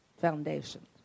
foundation